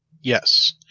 Yes